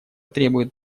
требует